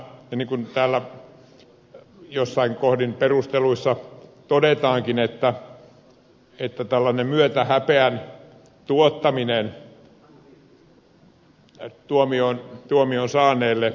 niin kuin täällä jossain kohdin perusteluissa todetaankin myötähäpeän tuottamista tuomion saaneelle